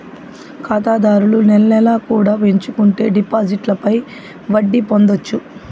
ఖాతాదారులు నెల నెలా కూడా ఎంచుకుంటే డిపాజిట్లపై వడ్డీ పొందొచ్చు